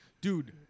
Dude